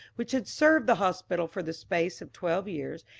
which had served the hospital for the space of twelve years,